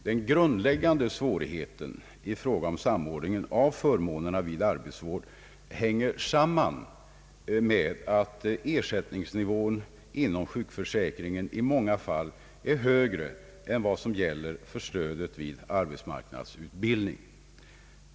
Den grundläggande svårigheten i fråga om samordningen av förmånerna vid arbetsvård hänger samman med att ersättningsnivån inom sjukförsäkringen i många fall är högre än den som gäller för stödet vid arbetsmarknadsutbildning.